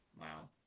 Wow